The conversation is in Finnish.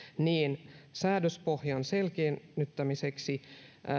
säädöspohjan selkiinnyttämiseksi